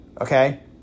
okay